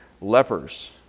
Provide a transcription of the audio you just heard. lepers